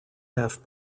half